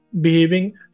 behaving